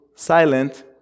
Silent